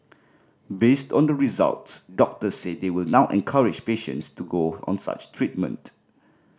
based on the results doctors say they will now encourage patients to go on such treatment